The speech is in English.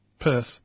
Perth